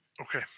Okay